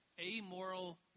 amoral